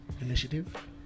initiative